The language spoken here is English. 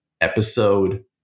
episode